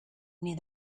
near